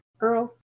Earl